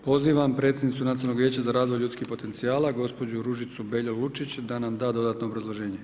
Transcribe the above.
Pozivam predsjednicu Nacionalnog vijeće za razvoj ljudskih potencijala gospođu Ružicu Beljo Lučić da nam da dodatno obrazloženje.